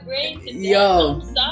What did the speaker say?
Yo